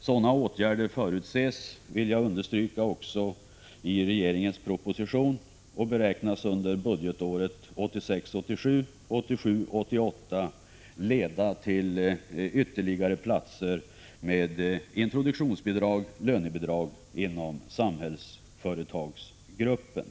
Sådana åtgärder förutses — jag vill understryka det — också i regeringens proposition och beräknas under budgetåren 1986 88 leda till ytterligare platser med introduktionsbidrag och lönebidrag inom Samhällsföretagsgruppen.